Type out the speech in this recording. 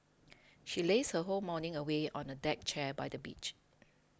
she lazed her whole morning away on a deck chair by the beach